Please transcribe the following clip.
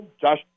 Josh